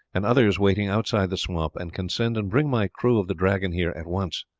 and others waiting outside the swamp, and can send and bring my crew of the dragon here at once.